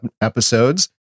episodes